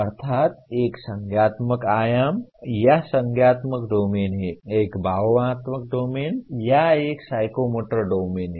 अर्थात् एक संज्ञानात्मक आयाम या संज्ञानात्मक डोमेन है एक भावात्मक डोमेन है या एक साइकोमोटर डोमेन है